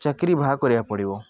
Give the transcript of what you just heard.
ଚାକିରି ବାହାର କରିବାକୁ ପଡ଼ିବ